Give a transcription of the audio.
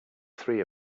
three